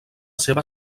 seva